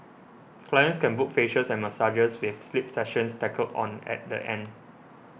clients can book facials and massages with sleep sessions tackled on at the end